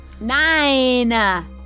nine